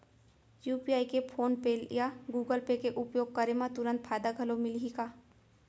UPI के PhonePe या Google Pay के उपयोग करे म तुरंत फायदा घलो मिलही का?